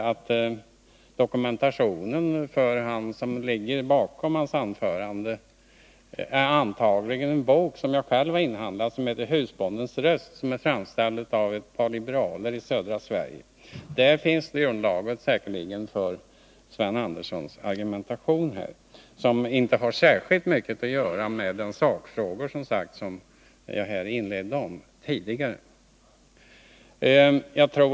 Den dokumentation som ligger bakom hans anförande är antagligen en bok som jag själv har inhandlat och som heter Husbondens röst. Den är sammanställd av ett par liberaler från södra Sverige. Där finns säkerligen underlaget för Sven Anderssons argumentation, som alltså inte har särskilt mycket att göra med de sakfrågor som jag tidigare tog upp.